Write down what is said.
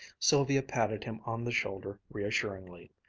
sylvia patted him on the shoulder reassuringly.